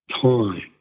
time